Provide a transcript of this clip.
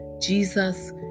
Jesus